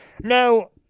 No